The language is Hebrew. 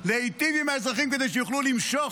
להיטיב עם האזרחים כדי שיוכלו למשוך,